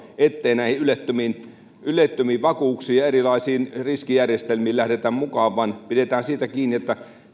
ettei näihin ylettömiin ylettömiin vakuuksiin ja erilaisiin riskijärjestelmiin lähdetä mukaan vaan pidetään siitä kiinni että